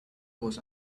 was